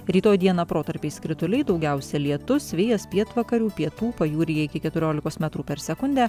rytoj dieną protarpiais krituliai daugiausia lietus vėjas pietvakarių pietų pajūryje iki keturiolikos metrų per sekundę